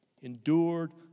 endured